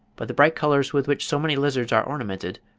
but the bright colours with which so many lizards are ornamented,